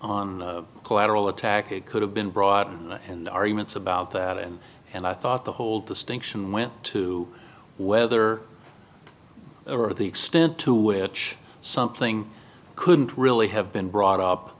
on collateral attack it could have been brought in the arguments about that and and i thought the whole distinction went to whether the extent to which something couldn't really have been brought up